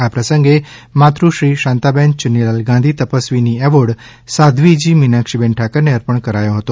આ પ્રસંગે માતૃશ્રી શાંતાબેન યુનીલાલ ગાંધી તપસ્વીની એવોર્ડ સાધ્વીજી મીનાક્ષી બેન ઠાકર ને અર્પણ કરાયો હતો